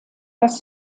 das